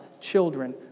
children